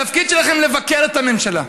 התפקיד שלכם הוא לבקר את הממשלה,